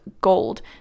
gold